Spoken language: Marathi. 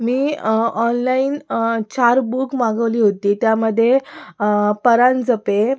मी ऑनलाईन चार बुक मागवली होती त्यामध्ये परांजपे